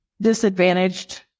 disadvantaged